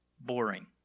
boring